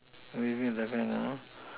I waving left hand